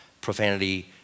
Profanity